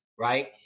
right